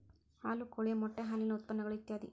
ಹಾಲು ಕೋಳಿಯ ಮೊಟ್ಟೆ ಹಾಲಿನ ಉತ್ಪನ್ನಗಳು ಇತ್ಯಾದಿ